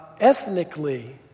ethnically